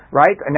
right